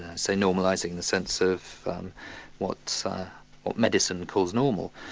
say normalising in the sense of what medicine calls normal,